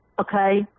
okay